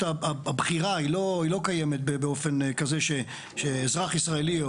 הבחירה היא לא קיימת באופן כזה שאזרח ישראלי,